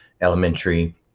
elementary